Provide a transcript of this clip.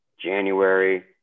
January